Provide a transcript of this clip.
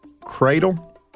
cradle